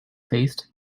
faced